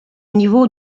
niveau